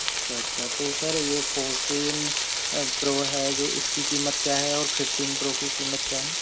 अच्छा अच्छा तो सर ये फोर्टीन प्रो है जो इसकी कीमत क्या है और फिफ्टीन प्रो की क़ीमत क्या है